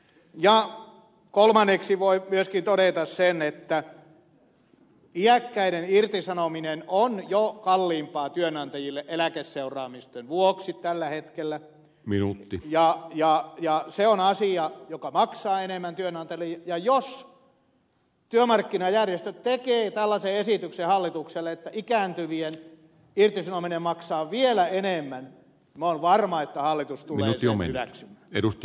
ja kolmanneksi voi myöskin todeta sen että iäkkäiden irtisanominen on jo kalliimpaa työnantajille eläkeseuraamusten vuoksi tällä hetkellä ja se on asia joka maksaa enemmän työnantajille ja jos työmarkkinajärjestöt tekevät tällaisen esityksen hallitukselle että ikääntyvien irtisanominen maksaa vielä enemmän minä olen varma että hallitus tulee sen hyväksymään